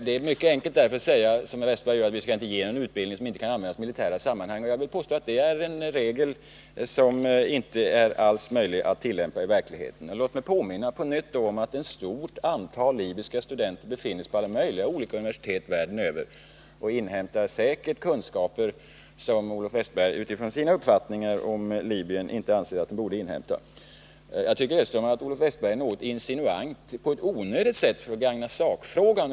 Det är enkelt att som herr Wästberg gör säga att vi inte skall ge någon utbildning som kan användas i militära sammanhang, men jag vill påstå att en sådan regel inte är möjlig att tillämpa i verkligheten. Låt mig också på nytt påminna om att ett stort antal libyska studenter befinner sig på alla möjliga olika universitet världen över, och de inhämtar säkert sådana kunskaper som Olle Wästberg utifrån sin uppfattning om Libyen inte anser att de borde inhämta. Jag tycker dessutom att Olle Wästberg är något insinuant på ett sätt som är onödigt och som inte gagnar sakfrågan.